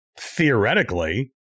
theoretically